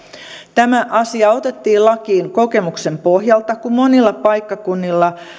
tämä asia otettiin lakiin kokemuksen pohjalta kun monilla paikkakunnilla